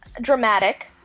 dramatic